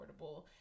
affordable